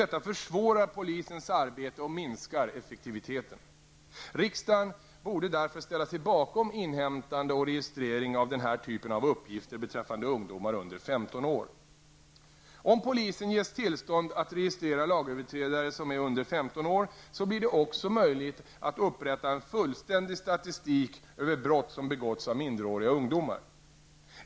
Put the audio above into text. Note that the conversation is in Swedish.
Detta försvårar polisens arbete och minskar effektiviteten. Riksdagen borde därför ställa sig bakom inhämtande och registrering av den här typen av uppgifter beträffande ungdomar under Om polisen ges tillstånd att registrera lagöverträdare som är under 15 år, blir det också möjligt att upprätta en fullständig statistik över brott som begåtts av minderåriga ungdomar.